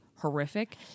horrific